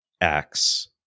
acts